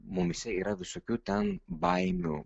mumyse yra visokių ten baimių